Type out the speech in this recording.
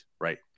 right